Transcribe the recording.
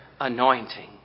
anointing